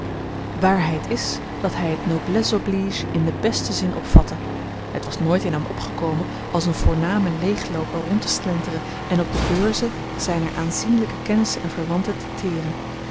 waarheid is dat hij het noblesse oblige in den besten zin opvatte het was nooit in hem opgekomen als een voorname leeglooper rond te slenteren en op de beurzen zijner aanzienlijke kennissen en verwanten te teren